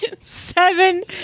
seven